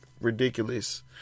ridiculous